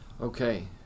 Okay